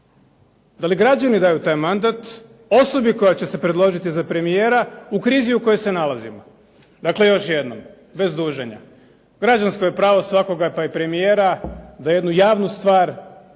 da li građani daju taj mandat osobi koja će se predložiti za premijera u krizi u kojoj se nalazimo. Dakle, još jednom bez duženja. Građansko je pravo svakoga pa i premijera da jednu javnu stvar,